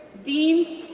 deans,